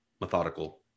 methodical